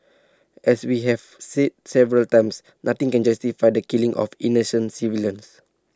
as we have said several times nothing can justify the killing of innocent civilians